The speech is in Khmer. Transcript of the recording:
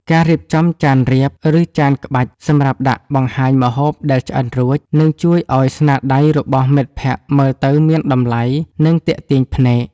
ការរៀបចំចានរាប ឬចានក្បាច់សម្រាប់ដាក់បង្ហាញម្ហូបដែលឆ្អិនរួច នឹងជួយឱ្យស្នាដៃរបស់មិត្តភក្តិមើលទៅមានតម្លៃ និងទាក់ទាញភ្នែក។